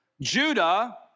Judah